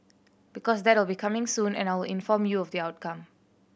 because that will be coming soon and I will inform you of the outcome